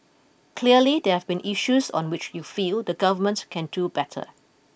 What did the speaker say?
clearly there have been issues on which you feel the Government can do better